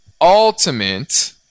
ultimate